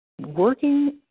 working